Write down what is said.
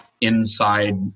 inside